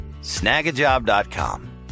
SnagAjob.com